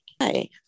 Hi